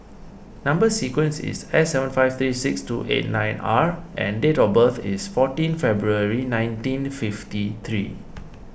Number Sequence is S seven five three six two eight nine R and date of birth is fourteen February nineteen fifty three